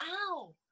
Ow